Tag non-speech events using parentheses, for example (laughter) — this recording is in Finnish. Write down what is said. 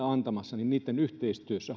(unintelligible) antamassa niiden yhteistyössä (unintelligible)